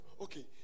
Okay